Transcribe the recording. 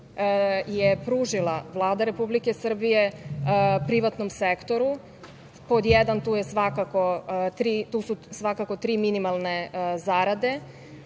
je pružila Vlada Republike Srbije privatnom sektoru. Pod jedan, tu su svakako tri minimalne zarade